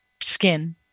skin